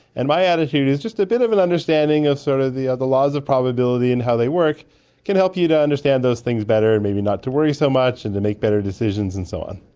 and my attitude is just a bit of an understanding of sort of the ah the laws of probability and how they work can help you to understand those things better and maybe not to worry so much and to make better decisions and so on.